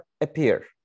appear